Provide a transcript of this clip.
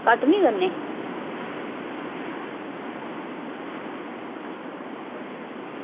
घट्ट निं करने